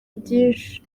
byinshi